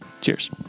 Cheers